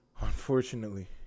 unfortunately